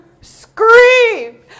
scream